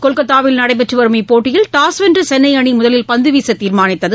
கொல்கத்தாவில் நடைபெற்று வரும் இப்போட்டியில் டாஸ் வென்ற சென்னை அணி முதலில் பந்து வீச தீர்மானித்தது